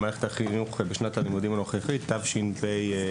למערכת החינוך בשנת הלימודים הנוכחית תשפ"ג,